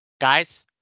guys